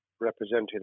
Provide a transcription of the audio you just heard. represented